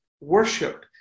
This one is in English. worship